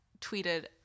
tweeted